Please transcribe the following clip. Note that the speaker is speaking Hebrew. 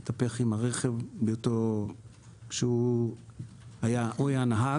הוא התהפך עם הרכב כשהוא היה הנהג.